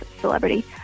celebrity